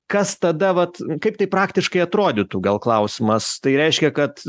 kas tada vat kaip tai praktiškai atrodytų gal klausimas tai reiškia kad